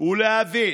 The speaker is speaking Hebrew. ולהבין